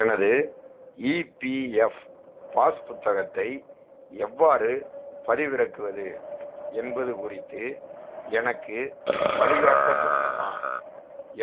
எனது EPF pass புத்தகத்தை எவ்வாறு பதிவிறக்குவது என்பது குறித்து எனக்கு வழிகாட்ட முடியுமா